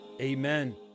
amen